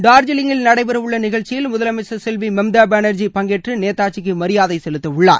டார்ஜிலிங்கில் நடைபெற உள்ள நிகழ்ச்சியில் முதலமைச்சர் செல்வி மம்தா பேனர்ஜி பங்கேற்று நேதாஜிக்கு மரியாதை செலுத்த உள்ளார்